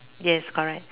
yes correct